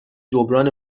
جبران